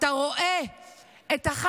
אתה רואה את אחד